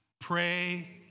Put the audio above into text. Pray